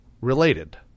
related